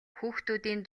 хүүхдүүдийн